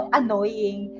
annoying